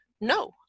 no